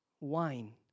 wine